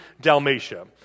Dalmatia